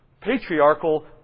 patriarchal